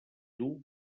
dur